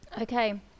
Okay